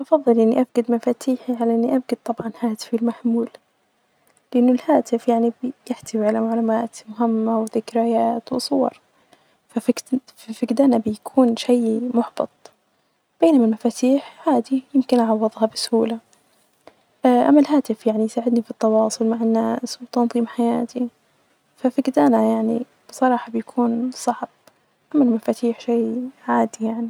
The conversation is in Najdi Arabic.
أفظل إني أفجد مفاتيحي علي إني أفجد طبعا هاتفي المحمول، لأنه الهاتف يعني بيحتوي على معلومات مهمة وذكريات وصور، ففجد -ففجدانة بيكون شيء محبط ،بينما المفاتيح عادي يمكن أعوظها بسهولة أما الهاتف يعني يساعدني في التواصل مع الناس وتنظيم حياتي ففجدانه يعني بصراحة بيكون صعب أما المفاتيح شيء عادي يعني.